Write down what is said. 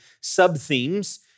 sub-themes